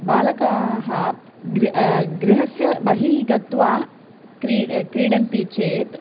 बालकाः गृ गृहस्य बहिः गत्वा क्री क्रीडन्ति चेत्